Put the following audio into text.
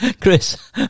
Chris